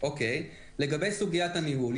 לגבי סוגיית הניהול,